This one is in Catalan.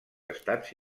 estats